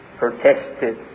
protested